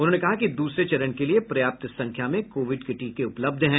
उन्होंने कहा कि दूसरे चरण के लिये पर्याप्त संख्या में कोविड के टीके उपलब्ध हैं